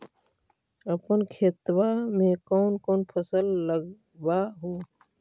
अपन खेतबा मे कौन कौन फसल लगबा हू?